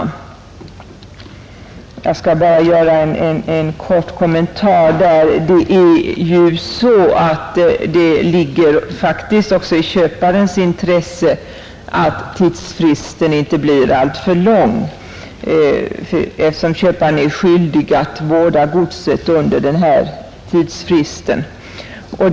Jag vill göra en kort kommentar till detta. Det ligger faktiskt också i köparens intresse att tidsfristen inte blir alltför lång, eftersom köparen är skyldig att vårda godset under tidsfristen.